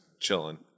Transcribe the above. chilling